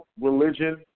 religion